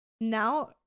now